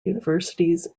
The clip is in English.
universities